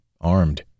armed